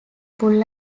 pull